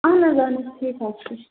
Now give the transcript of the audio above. اَہَن حظ اہَن حظ ٹھیٖک حظ چھُ